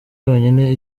yonyine